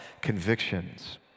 convictions